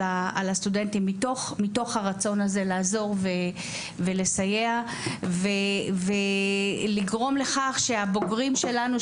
הסטודנטים מתוך הרצון הזה לעזור ולסייע ולגרום לכך שהבוגרים שלנו,